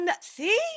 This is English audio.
See